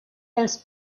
els